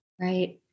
Right